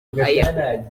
aya